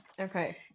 Okay